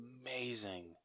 amazing